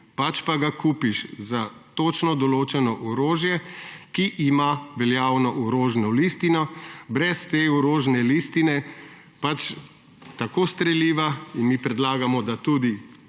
pač pa ga kupiš za točno določeno orožje, ki ima veljavno orožno listino. Brez te orožne listine streliva – in mi predlagamo, da tudi